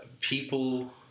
people